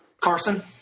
Carson